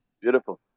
Beautiful